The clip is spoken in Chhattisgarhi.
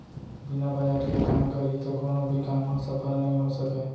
बिना बजट के काम करही त कोनो भी काम ह सफल नइ हो सकय